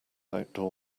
outdoor